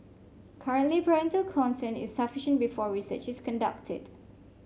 currently parental consent is sufficient before research is conducted